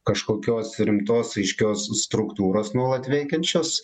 kažkokios rimtos aiškios struktūros nuolat veikiančios